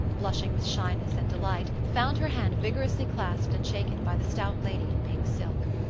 blushing with shyness and delight, found her hand vigorously clasped and shaken by the stout lady in pink silk.